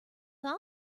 him